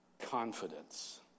confidence